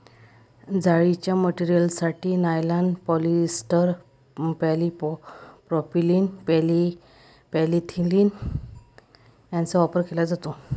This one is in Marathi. जाळीच्या मटेरियलसाठी नायलॉन, पॉलिएस्टर, पॉलिप्रॉपिलीन, पॉलिथिलीन यांचा वापर केला जातो